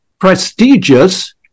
prestigious